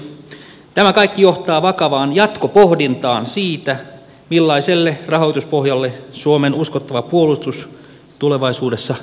tämä kaikki johtaa vakavaan jatkopohdintaan siitä millaiselle rahoituspohjalle suomen uskottava puolustus tulevaisuudessa rakennetaan